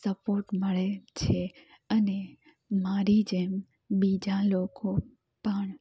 support મળે છે અને મારી જેમ બીજા લોકો પણ